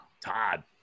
todd